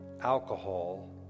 alcohol